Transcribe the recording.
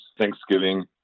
Thanksgiving